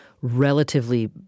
relatively